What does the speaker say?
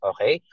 Okay